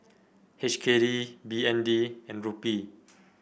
H K D B N D and Rupee